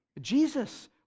Jesus